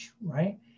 right